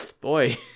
boy